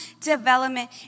development